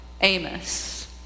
Amos